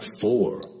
four